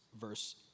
verse